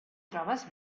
trobes